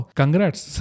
congrats